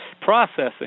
processing